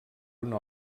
una